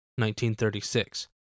1936